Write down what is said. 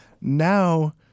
now